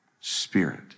spirit